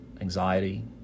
anxiety